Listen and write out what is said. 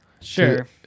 Sure